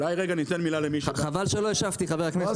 חבל שלא השבתי חבר הכנסת.